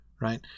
right